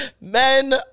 Men